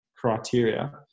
criteria